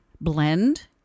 blend